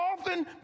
often